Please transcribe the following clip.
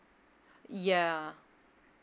yeah